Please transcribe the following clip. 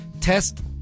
test